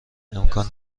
امکان